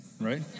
right